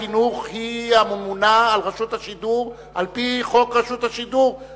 ועדת החינוך היא הממונה על רשות השידור על-פי חוק רשות השידור,